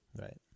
Right